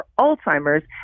Alzheimer's